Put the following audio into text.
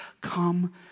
Come